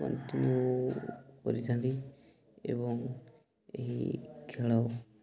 continue କରିଥାନ୍ତି ଏବଂ ଏହି ଖେଳ